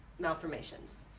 malformations